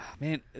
Man